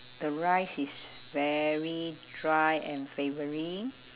the rice is very dry and flavouring